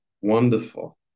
wonderful